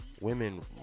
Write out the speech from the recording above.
women